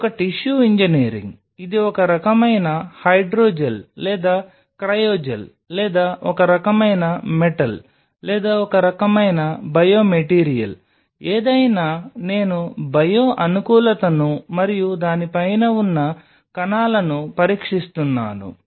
ఇది ఒక tissue engineering ఇది ఒక రకమైన హైడ్రో జెల్ లేదా క్రయోజెల్ లేదా ఒక రకమైన మెటల్ లేదా ఒక రకమైన బయోమెటీరియల్ ఏదైనా నేను బయో అనుకూలతను మరియు దాని పైన ఉన్న కణాలను పరీక్షిస్తున్నాను